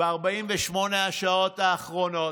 ב-48 השעות האחרונות,